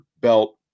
belt